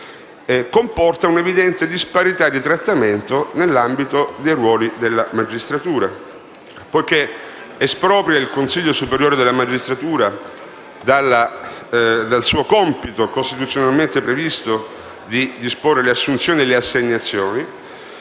comporta un'evidente disparità di trattamento nell'ambito dei ruoli della magistratura, poiché espropria il Consiglio superiore della magistratura del suo compito, costituzionalmente previsto, di disporre le assunzioni e le assegnazioni.